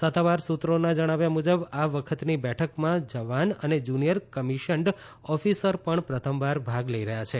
સત્તાવાર સુત્રોના જણાવ્યા મુજબ આ વખતની બેઠકમાં જવાન અને જુનીયર કમીશન્ડ ઓફીસર પણ પ્રથમવાર ભાગ લઇ રહયાં છે